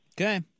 Okay